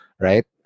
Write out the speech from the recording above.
right